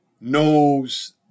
knows